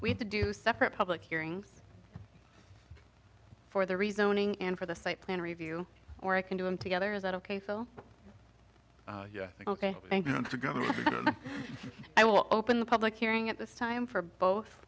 need to do separate public hearings for the rezoning and for the site plan review or i can do them together is that ok so yeah ok i will open the public hearing at this time for both